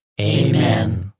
Amen